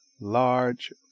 large